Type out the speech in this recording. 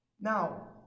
now